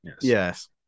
Yes